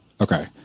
okay